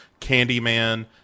Candyman